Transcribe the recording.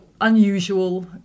unusual